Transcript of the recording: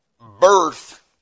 Birth